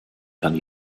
kann